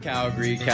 Calgary